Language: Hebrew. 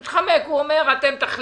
הוא מתחמק, הוא אומר: אתם תחליטו.